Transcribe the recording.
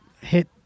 hit